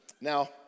Now